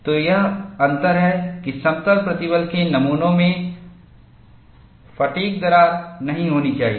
तो अंतर यह है कि समतल प्रतिबल के नमूनों में फ़ैटिग् दरार नहीं होनी चाहिए